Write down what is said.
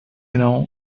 know